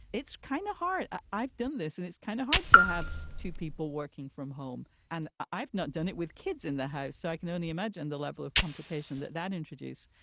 it's kind of hard. i've done this and it's kind of hard to have two people working from home. and i've not done it with kids in the house. so i can only imagine the level of complication that that introduce.